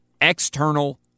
External